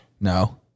No